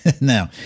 Now